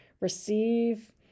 receive